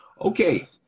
Okay